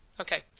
Okay